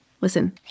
listen